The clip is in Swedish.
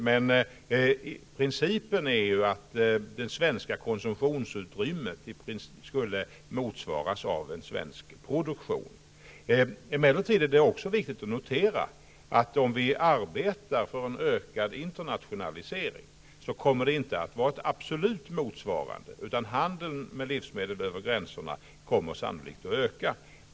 Men principen är att det svenska konsumtionsutrymmet skall motsvaras av en svensk produktion. Emellertid är det också viktigt att notera att om vi arbetar för en ökad internationalisering, kommer den svenska produktionen och konsumtionen inte att absolut motsvara varandra. Handeln med livsmedel över gränserna kommer sannolikt att öka.